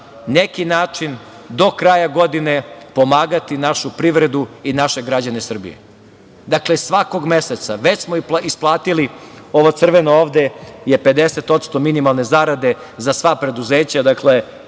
neki način do kraja godine pomagati našu privredu i naše građane Srbije. Dakle, svakog meseca. Već smo isplatili, ovo crveno ovde je 50% minimalne zarade za sva preduzeća i